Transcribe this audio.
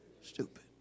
stupid